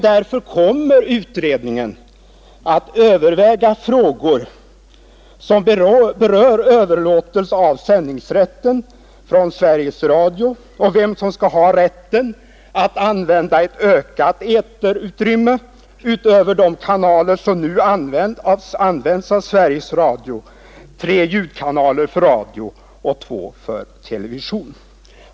Därför kommer utredningen att överväga frågor som berör överlåtelse av sändningsrätten från Sveriges Radio och vem som skall ha rätten att använda ett ökat eterutrymme utöver de kanaler som nu används av Sveriges Radio — tre kanaler för ljudradio och två kanaler för television.